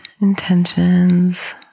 intentions